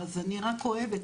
אז אני רק כואבת.